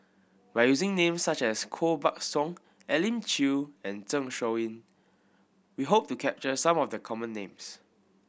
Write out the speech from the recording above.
by using names such as Koh Buck Song Elim Chew and Zeng Shouyin we hope to capture some of the common names